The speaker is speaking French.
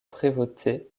prévôté